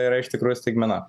yra iš tikrųjų staigmena